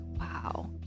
wow